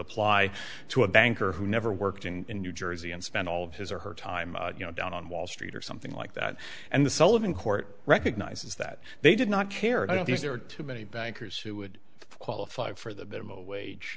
apply to a banker who never worked in new jersey and spent all of his or her time you know down on wall street or something like that and the sullivan court recognizes that they did not care and i don't think there are too many bankers who would qualify for the m